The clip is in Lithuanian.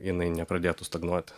jinai nepradėtų stagnuot